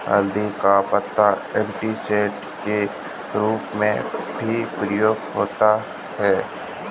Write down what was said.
हल्दी का पत्ता एंटीसेप्टिक के रूप में भी प्रयुक्त होता है